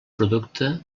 producte